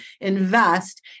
invest